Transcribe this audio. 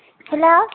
hello